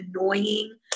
annoying